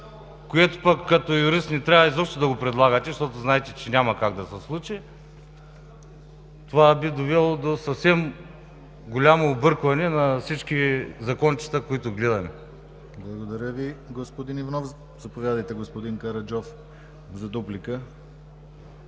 което пък като юрист не трябва изобщо да предлагате, защото знаете, че няма как да се случи, това би довело до съвсем голямо объркване на всички закончета, които гледаме. ПРЕДСЕДАТЕЛ ДИМИТЪР ГЛАВЧЕВ: Благодаря Ви, господин Иванов. Заповядайте, господин Караджов, за дуплика.